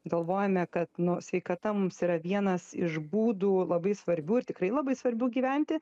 galvojame kad nu sveikata mums yra vienas iš būdų labai svarbių ir tikrai labai svarbių gyventi